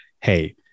Hey